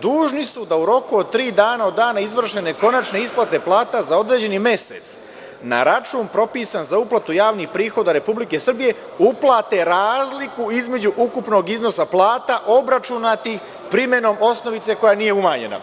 dužni su da u roku od tri dana od dana izvršene konačne isplate plata za određeni mesec na račun propisan za uplatu javnih prihoda Republike Srbije uplate razliku između ukupnog iznosa plata obračunatih primenom osnovice koja nije umanjena“